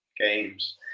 games